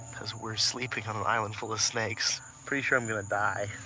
because we're sleeping on an island full of snakes. pretty sure i'm going to die.